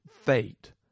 fate